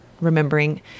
remembering